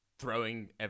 Throwing